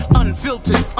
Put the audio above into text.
unfiltered